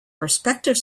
prospective